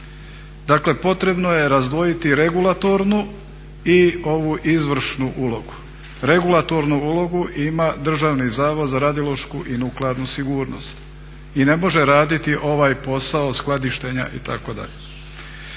dakle potrebno je razdvojiti regulatornu i ovu izvršnu ulogu. Regulatornu ulogu ima Državni zavod za radiološku i nuklearnu sigurnost i ne može raditi ovaj posao skladištenja itd.